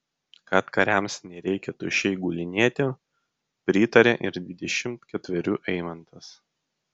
kad kariams nereikia tuščiai gulinėti pritarė ir dvidešimt ketverių eimantas